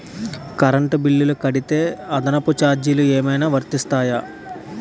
Current bill కడితే అదనపు ఛార్జీలు ఏమైనా వర్తిస్తాయా?